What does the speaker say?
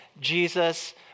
Jesus